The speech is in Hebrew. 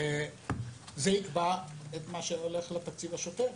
זה יקבע את מה שהולך לתקציב השוטף.